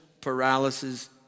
paralysis